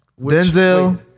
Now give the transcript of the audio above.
Denzel